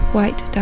White